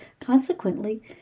consequently